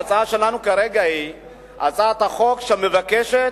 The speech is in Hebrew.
ההצעה שלנו כרגע היא הצעת חוק שמבקשת